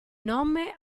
nome